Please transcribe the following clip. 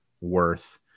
worth